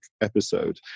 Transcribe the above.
episode